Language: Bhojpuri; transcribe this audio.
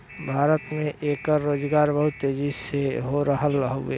भारत में एकर रोजगार बहुत तेजी हो रहल हउवे